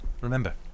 Remember